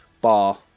Bar